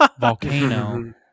volcano